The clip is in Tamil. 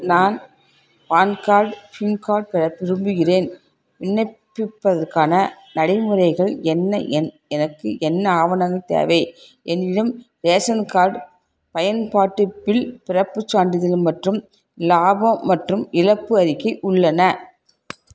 நான் பான் கார்டு பேன் கார்டு பெற விரும்புகின்றேன் விண்ணப்பிப்பதற்கான நடைமுறைகள் என்ன எண் எனக்கு என்ன ஆவணங்கள் தேவை என்னிடம் ரேஷன் கார்டு பயன்பாட்டு பில் பிறப்புச் சான்றிதழ் மற்றும் லாபம் மற்றும் இழப்பு அறிக்கை உள்ளன